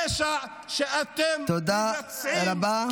פשע שאתם מבצעים, תודה רבה.